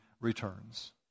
returns